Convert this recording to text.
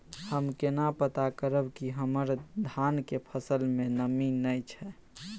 हम केना पता करब की हमर धान के फसल में नमी नय छै?